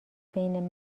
بین